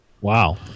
Wow